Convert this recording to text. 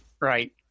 Right